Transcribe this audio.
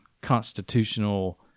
constitutional